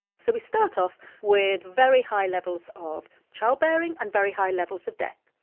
so we start off with very high levels of childbearing and very high levels of death.